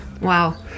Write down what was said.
Wow